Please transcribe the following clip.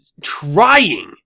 trying